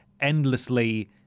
endlessly